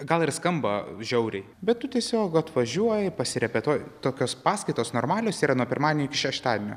gal ir skamba žiauriai bet tu tiesiog atvažiuoji pasirepetuoji tokios paskaitos normalios yra nuo pirmadienio iki šeštadienio